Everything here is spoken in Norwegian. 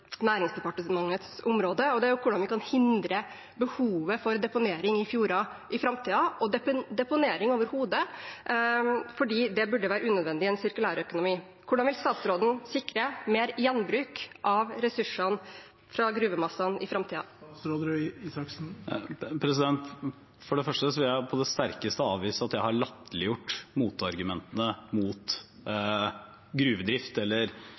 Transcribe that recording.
Næringsdepartementets område, og det er hvordan vi kan hindre behovet for deponering i fjorder i framtiden, og deponering overhodet – for det burde være unødvendig i en sirkulærøkonomi. Hvordan vil statsråden sikre mer gjenbruk av ressursene fra gruvemassene i framtiden? For det første vil jeg på det sterkeste avvise at jeg har latterliggjort motargumentene mot gruvedrift eller